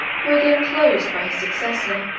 were again closed by his successor.